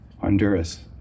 Honduras